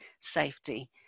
safety